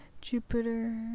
Jupiter